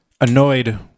annoyed